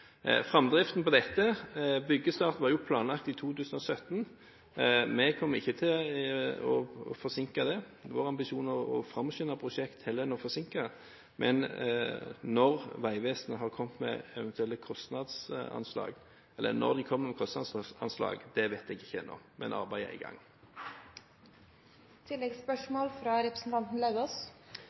framdriften på dette, var byggestart planlagt i 2017. Vi kommer ikke til å forsinke det, vår ambisjon er å framskynde prosjekter heller enn å forsinke dem. Når Vegvesenet har kommet med eventuelle kostnadsanslag, eller når de kommer med kostnadsanslag, vet jeg ikke ennå, men arbeidet er i gang.